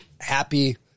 happy